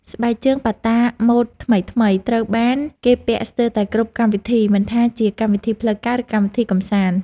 ស្បែកជើងប៉ាតាម៉ូដថ្មីៗត្រូវបានគេពាក់ស្ទើរតែគ្រប់កម្មវិធីមិនថាជាកម្មវិធីផ្លូវការ ឬកម្មវិធីកម្សាន្ត។